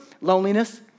Loneliness